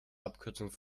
abkürzung